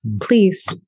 please